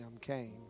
came